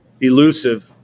Elusive